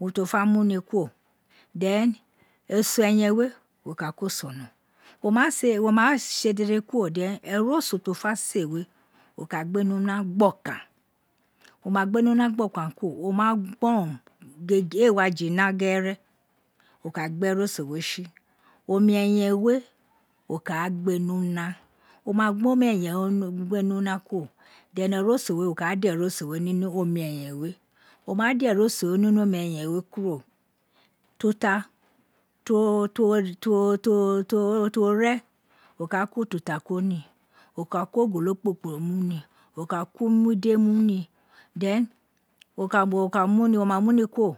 Urun ti wò fa mú ni kuro, then eso eyen we, wọ ká koo sọnọ wọ masw wọ ma tse sede kiro then ẹroso ni una gbọkan, wo ma egbe mima gbọka kuro, o ma gbọrọ, dede éé wa jina gbẹrẹ wo ka gbe erǫsọ we tsi omi ẹyạn we wo ka a gbe ni una wo ma gbe omi eyen. we ni una kuro then eroso ẹyạn we wo ka a da eroso we ni ni omi ẹyạn we, wo sa eroso we ni ni omi eyan we kuro tuta ti wo rẹ, wo ka a mo ututa ko ni, wo ka ko ogolo kporokporo mi ni, wo ka ko imu de mu ni then wo ka muni, wo ma mu ni kuro,